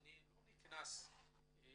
אני לא נכנס לוויכוחים